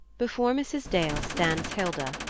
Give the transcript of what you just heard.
before mrs. dale stands hilda,